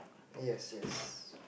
yes yes